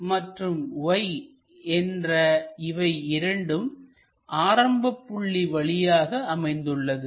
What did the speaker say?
X மற்றும் Y என்ற இவை இரண்டும் ஆரம்ப புள்ளி வழியாக அமைந்துள்ளது